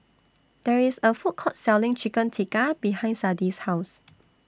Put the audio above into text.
There IS A Food Court Selling Chicken Tikka behind Sadie's House